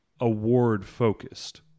award-focused